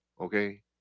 Okay